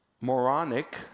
moronic